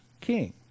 king